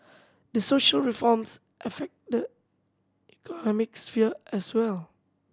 the social reforms affect the economic sphere as well